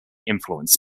influenced